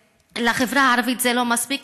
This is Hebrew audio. לחברה הערבית זה לא מספיק.